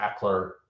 Eckler